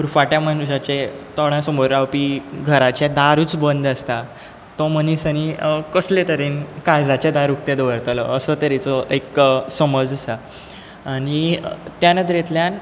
उरफाट्या मनशाचे तोंडा समोर रावपी घराचें दारूच बंद आसता तो मनीस आनी कसले तरेन काळजाचें दार उक्तें दवरतलो असो तरेचो एक समज आसा आनी त्या नदरेंतल्यान